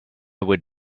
would